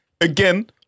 again